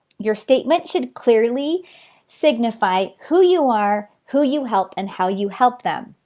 your statement should clearly signify who you are, who you help and how you help them.